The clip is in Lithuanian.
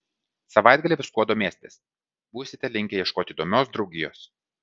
savaitgalį viskuo domėsitės būsite linkę ieškoti įdomios draugijos